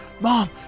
Mom